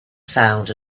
sound